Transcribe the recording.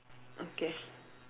okay